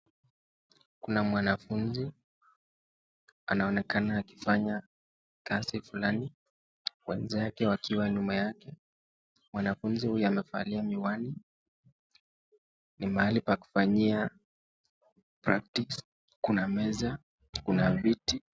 Kuna mwanafunzi anaonekana akifanya kazi fulani wenzake wakiwa nyuma yake , mwanafunzi huyu amefalia miwani ni mahi pa kufanya practice , kuna meza Kuna viti.